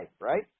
right